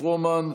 פרומן,